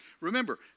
Remember